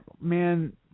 Man